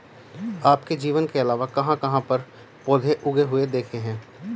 आपने जमीन के अलावा कहाँ कहाँ पर पौधे उगे हुए देखे हैं?